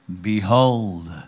Behold